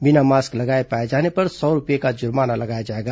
बिना मास्क लगाए पाए जाने पर सौ रूपये का जुर्माना लगाया जाएगा